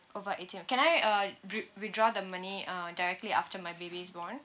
over eighteen can I uh wit~ withdraw the money uh directly after my baby is born